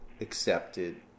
accepted